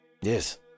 Yes